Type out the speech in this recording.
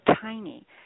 tiny